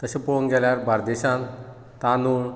तशें पळोवंक गेल्यार बार्देजान तांदूळ